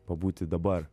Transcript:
pabūti dabar